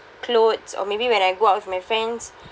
clothes or maybe when I go out with my friends